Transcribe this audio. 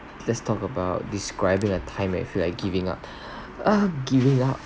let's talk about describing a time when you feel like giving up uh giving up